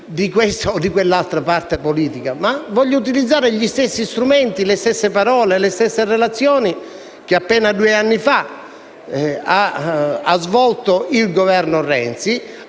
di questa o di quell'altra parte politica, ma utilizzerò gli stessi strumenti, le stesse parole e le stesse relazioni che appena due anni fa ha svolto e ha